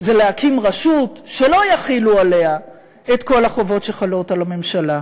זה להקים רשות שלא יחילו עליה את כל החובות שחלות על הממשלה.